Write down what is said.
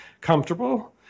comfortable